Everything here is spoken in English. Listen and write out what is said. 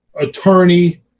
attorney